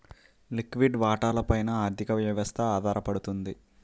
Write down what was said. లిక్విడి వాటాల పైన ఆర్థిక వ్యవస్థ ఆధారపడుతుంది